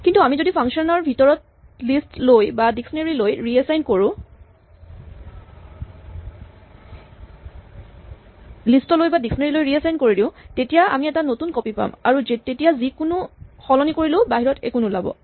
কিন্তু আমি যদি ফাংচন ৰ ভিতৰত লিষ্ট লৈ বা ডিক্সনেৰী লৈ ৰিএচাইন কৰি দিওঁ তেতিয়া আমি এটা নতুন কপি পাম আৰু তেতিয়া যিকোনো সলনি কৰিলেও বাহিৰত একো নোলাব